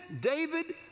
David